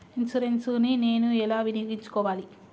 Insurance ని నేను ఎలా వినియోగించుకోవాలి?